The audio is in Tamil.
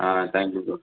ah thank you bro